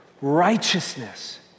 righteousness